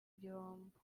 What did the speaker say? gihombo